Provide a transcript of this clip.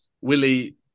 Willie